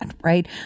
right